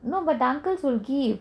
no but the uncles will give